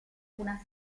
una